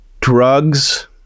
drugs